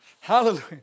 Hallelujah